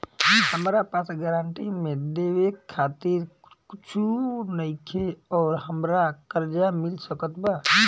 हमरा पास गारंटी मे देवे खातिर कुछूओ नईखे और हमरा कर्जा मिल सकत बा?